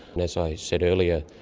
and as i said earlier,